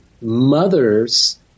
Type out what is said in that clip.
mothers